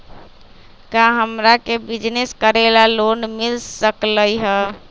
का हमरा के बिजनेस करेला लोन मिल सकलई ह?